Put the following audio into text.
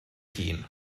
hun